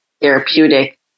therapeutic